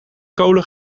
kolen